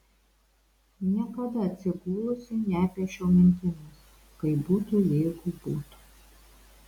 niekada atsigulusi nepiešiau mintimis kaip būtų jeigu būtų